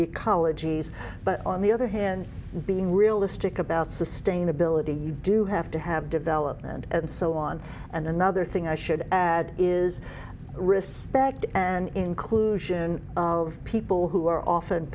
ecologies but on the other hand being realistic about sustainability you do have to have development and so on and another thing i should add is respect and inclusion of people who are often